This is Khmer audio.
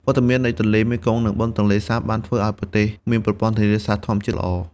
វត្តមាននៃទន្លេមេគង្គ និងបឹងទន្លេសាបបានធ្វើឱ្យប្រទេសមានប្រព័ន្ធធារាសាស្ត្រធម្មជាតិល្អ។